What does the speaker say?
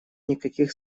никаких